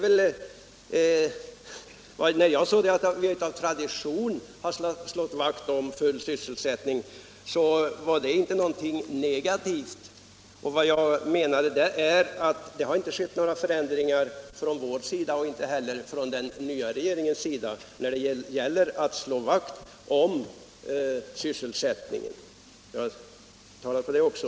När jag sade att vi av tradition har slagit vakt om den fulla sysselsättningen låg det inte någonting negativt i detta. Vad jag menade var att det inte har skett några förändringar i vår inställning liksom inte heller inom den nya regeringen när det gäller viljan att slå vakt om sysselsättningen. Jag talade för det också.